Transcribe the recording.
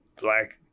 black